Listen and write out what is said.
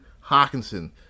Hawkinson